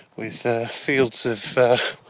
with, ah, fields of, ah,